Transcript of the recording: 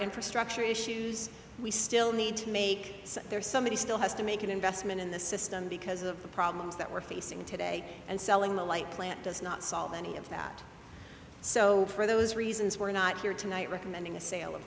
infrastructure issues we still need to make there somebody still has to make an investment in the system because of the problems that we're facing today and selling the light plant does not solve any of that so for those reasons we're not here tonight recommending a sa